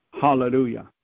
Hallelujah